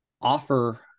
Offer